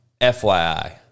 FYI